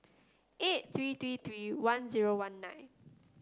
eight three three three one zero one nine